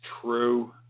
true